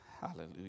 Hallelujah